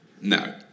No